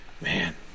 Man